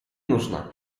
нужно